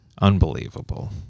Unbelievable